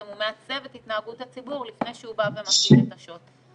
הוא מעצב את התנהגות הציבור לפני שהוא בא ומטיל את השוט.